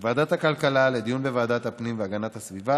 מוועדת הכלכלה לדיון בוועדת הפנים והגנת הסביבה,